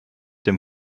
dem